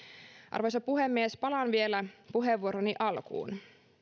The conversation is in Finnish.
arvoisa puhemies palaan vielä puheenvuoroni alkuun